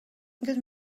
good